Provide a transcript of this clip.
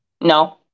No